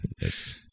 Yes